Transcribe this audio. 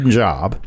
job